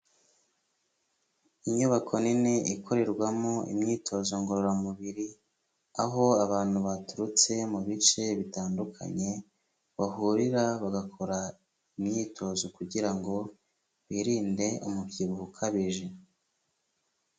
Inyubako nini ikorerwamo imyitozo ngororamubiri, aho abantu baturutse mu bice bitandukanye bahurira bagakora imyitozo kugira ngo birinde umubyibuho ukabije.